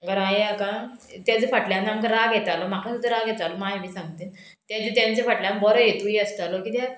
घरा येयात आं तेज्या फाटल्यान आमकां राग येतालो म्हाका सुद्दां राग येतालो माय बी सांगता तेन्ना तेंचे फाटल्यान बरो हेतूय आसतालो किद्याक